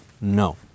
no